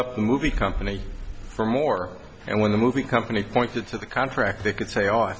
up the movie company for more and when the movie company pointed to the contract they could say